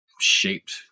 shaped